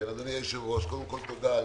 אדוני היושב ראש, קודם כל תודה.